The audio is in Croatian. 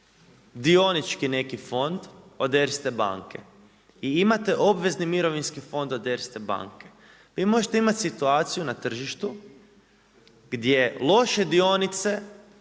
dionički neki fond od Erste banke i imate obvezni mirovinski fond od Erste banke, vi možete imati situaciju na tržištu gdje loše dionice